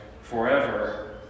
forever